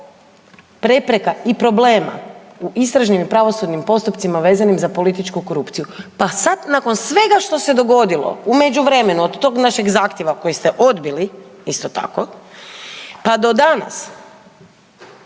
prepreka i problema u istražnim i pravosudnim postupcima vezanim za političku korupciju, pa sad nakon svega što se dogodilo u međuvremenu od tog našeg zahtjeva koji ste odbili isto tako pa do danas,